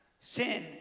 sin